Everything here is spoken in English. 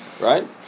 Right